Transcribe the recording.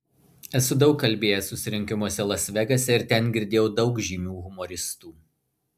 esu daug kalbėjęs susirinkimuose las vegase ir ten girdėjau daug žymių humoristų